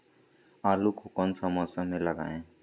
आलू को कौन सा मौसम में लगाए?